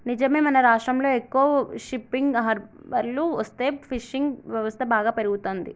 నిజమే మన రాష్ట్రంలో ఎక్కువ షిప్పింగ్ హార్బర్లు వస్తే ఫిషింగ్ వ్యవస్థ బాగా పెరుగుతంది